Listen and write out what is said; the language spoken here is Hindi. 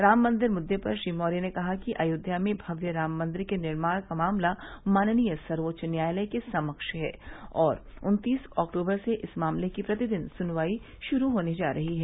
राम मंदिर मुद्दे पर श्री मौर्य ने कहा कि अयोध्या में भव्य राम मंदिर के निर्माण का मामला माननीय सर्वेच्च न्यायालय के समक्ष है और उन्तीस अक्टूबर से इस मामले की प्रतिदिन सुनवाई शुरू होने जा रही है